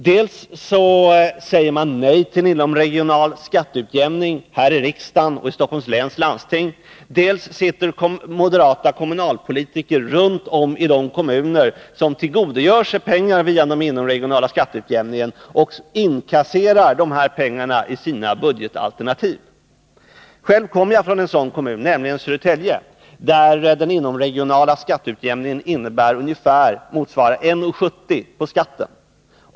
Dels säger man nej till inomregional skatteutjämning här i riksdagen och i Stockholms läns landsting, dels sitter moderata kommunalpolitiker runt om i de kommuner som tillgodogör sig pengar genom den inomregionala skatteutjämningen och inkasserar dessa pengar i sina budgetalternativ. Jag kommer själv från en sådan kommun, nämligen Södertälje kommun, där den inomregionala skatteutjämningen motsvarar 1:70 kr. på skatten.